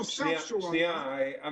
שנייה אחת, עמי.